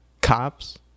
cops